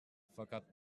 fakat